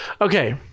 Okay